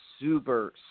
super